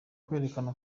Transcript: kwerekana